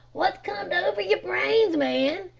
wot's comed over yer brains, man?